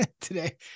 today